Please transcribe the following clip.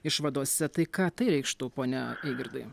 išvadose tai ką tai reikštų pone eigirdai